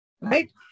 right